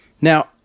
Now